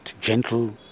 gentle